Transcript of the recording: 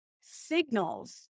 signals